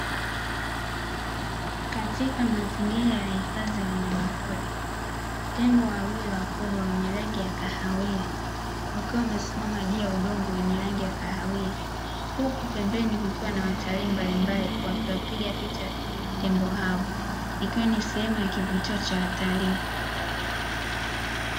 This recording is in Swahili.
Katika mazingira ya hifadhi ya wanyamapori tembo wawili wakubwa wenye rangi ya kahawia, wakiwa wamesimama juu ya udongo wenye rangi ya kahawia. Huku pembeni kukiwa na watalii mbalimbali wakiwapiga picha tembo hao ikiwa ni sehemu ya kivuto cha watalii.